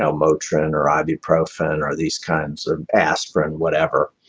um motrin or ibuprofen or these kinds of aspirin, whatever.